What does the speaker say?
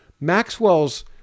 Maxwell's